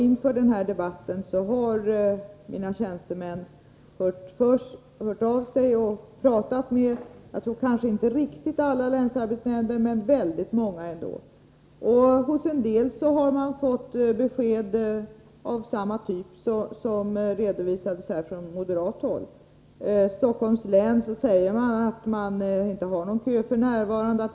Inför den här debatten har mina tjänstemän hört sig för hos många av länsarbetsnämnderna, om också inte riktigt alla. Hos en del har man också fått besked av samma typ som här har redovisats från moderat håll. Från Stockholms län uppges att man f.n. inte har någon kö.